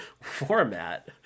Format